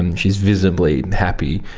and she is visibly happy,